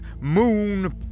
Moon